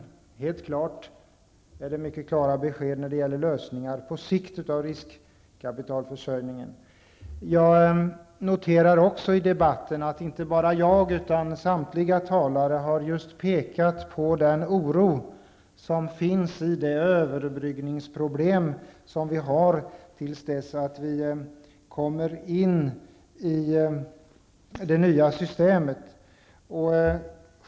Det är mycket klara besked om lösningar på sikt när det gäller riskkapitalförsörjningen. Jag noterar också att inte bara jag utan samtliga talare i debatten har pekat på den oro som finns när det gäller de överbryggningsproblem som vi har tills vi kommer in i det nya systemet.